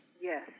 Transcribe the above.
Yes